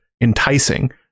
enticing